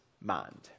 mind